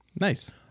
Nice